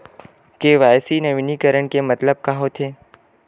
KYC नवीनीकरण के मतलब का होथे?